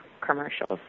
commercials